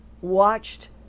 watched